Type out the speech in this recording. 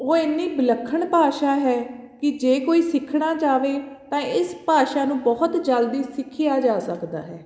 ਉਹ ਇੰਨੀ ਵਿਲੱਖਣ ਭਾਸ਼ਾ ਹੈ ਕਿ ਜੇ ਕੋਈ ਸਿੱਖਣਾ ਚਾਹੇ ਤਾਂ ਇਸ ਭਾਸ਼ਾ ਨੂੰ ਬਹੁਤ ਜਲਦੀ ਸਿੱਖਿਆ ਜਾ ਸਕਦਾ ਹੈ